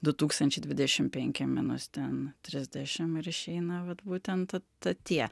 du tūkstančiai dvidešim penki minus ten trisdešim ir išeina vat būtent ta tie